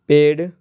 paid